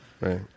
Right